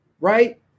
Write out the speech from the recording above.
right